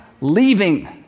leaving